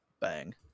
bang